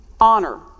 honor